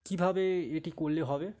কীভাবে এটি করলে হবে